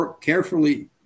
carefully